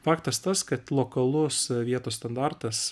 faktas tas kad lokalus vietos standartas